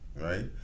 right